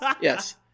Yes